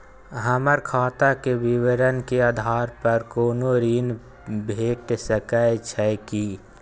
हमर खाता के विवरण के आधार प कोनो ऋण भेट सकै छै की?